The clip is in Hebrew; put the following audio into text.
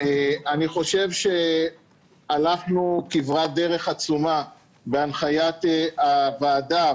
הלכנו כברת דרך עצומה בהנחיית ועדת